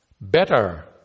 Better